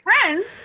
friends